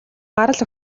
гарал